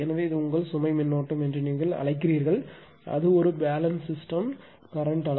இதுவே உங்கள் சுமை மின்னோட்டம் என்று நீங்கள் அழைக்கிறீர்கள் அது ஒரு பேலன்ஸ் சிஸ்டம் கரண்ட் அளவு